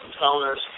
owners